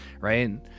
right